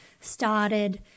started